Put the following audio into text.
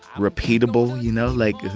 repeatable, you know? like,